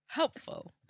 helpful